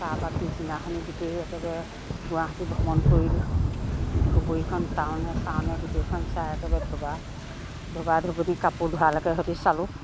তাৰপৰা পিছদিনাখনি গোটেই একেবাৰে গুৱাহাটী ভ্ৰমণ কৰিলোঁ ধুবুৰীখন টাউনে চাউনে গোটেইখন চাই একেবাৰে ধুবা ধুবা ধুবুনী কাপোৰ ধোৱালৈকেহঁতি চালোঁ